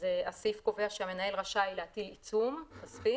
הסעיף קובע שהמנהל רשאי להטיל עיצום כספי